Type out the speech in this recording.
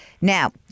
now